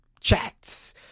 chats